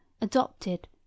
adopted